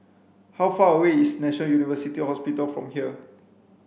how far away is National University Hospital from here